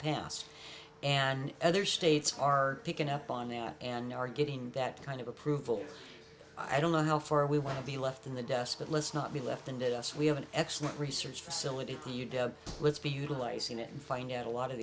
past and other states are picking up on that and are getting that kind of approval i don't know how far we want to be left in the desk but let's not be left handed us we have an excellent research facility let's be utilizing it and find out a lot of